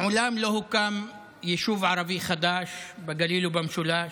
מעולם לא הוקם יישוב ערבי חדש בגליל ובמשולש.